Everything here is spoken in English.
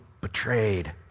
betrayed